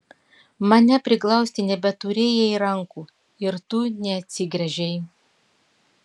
mane priglausti nebeturėjai rankų ir tu neatsigręžei